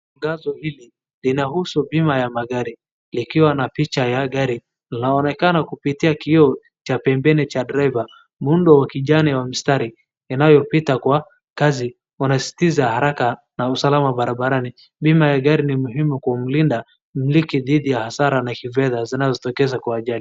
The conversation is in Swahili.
Tangazo hili linahusu bima ya magari likiwa na pich la ya gari, linaonekana kupitia kioo cha pembeni cha driver muundo wa kijani na mstari inayopita kwa kazi. Wanasisitiza haraka na usalama barabarani, bima ya gari ni muhimu kumlinda mmiliki dhidi ya hasara na kifedha zinazojitokeza kwa ajali.